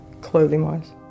clothing-wise